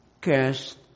cast